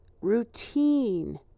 routine